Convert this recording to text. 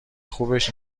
خوبش